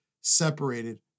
separated